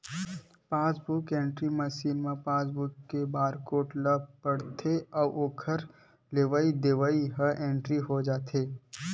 passbook entry machine ह passbook के barcode ल पड़थे अउ ओखर लेवई देवई ह इंटरी हो जाथे